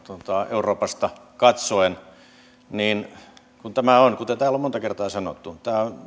euroopasta katsoen tämä on kuten täällä on monta kertaa sanottu